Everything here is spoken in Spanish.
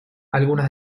algunas